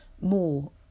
more